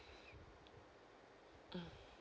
mm